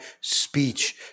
speech